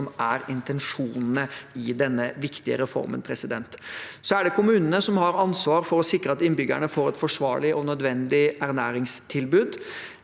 som er intensjonene i denne viktige reformen. Det er kommunene som har ansvar for å sikre at innbyggerne får et forsvarlig og nødvendig ernæringstilbud.